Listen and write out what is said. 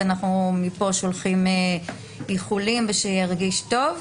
מפה אנחנו שולחים איחולים ושירגיש טוב.